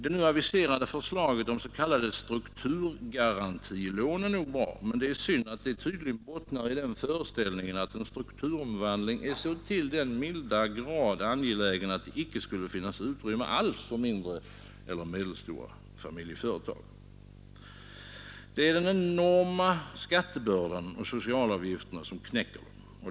Det nu aviserade förslaget om s.k. strukturgarantilån är nog bra, men det är synd att det tydligen bottnar i föreställningen att en strukturomvandling är så till den milda grad angelägen att det icke alls skulle finnas något utrymme för mindre eller medelstora familjeföretag. Det är den enorma skattebördan och socialavgifterna som knäcker dem.